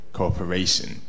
cooperation